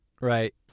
right